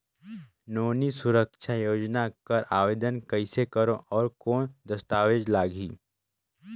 नोनी सुरक्षा योजना कर आवेदन कइसे करो? और कौन दस्तावेज लगही?